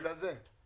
בגלל זה.